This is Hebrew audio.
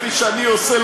כפי שאני עושה,